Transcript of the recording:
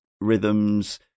rhythms